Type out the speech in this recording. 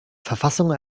verfassung